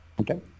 Okay